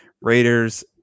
Raiders